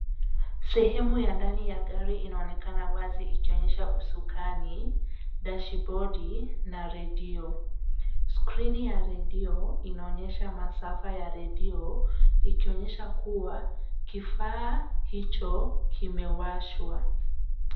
Sehemu ya ndani ya gari inaonekana wazi ikionyesha usukani, dashibodi na redio. Skrini ya redio, inaonyesha masafa ya redio ikionyesha kuwa kifaa hicho kimewashwa.